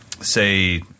say